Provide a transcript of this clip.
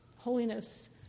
holiness